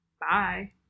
Bye